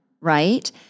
right